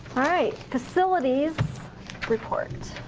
alright, facilities report.